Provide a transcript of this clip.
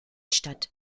statt